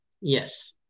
Yes